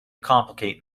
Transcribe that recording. complicate